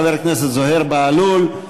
חברי הכנסת זוהיר בהלול,